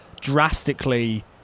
drastically